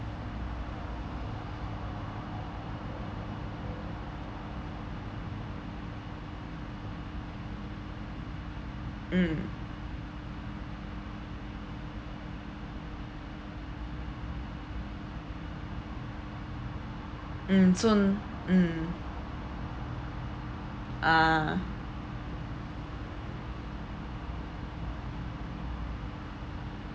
mm mm soon mm uh